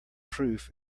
proof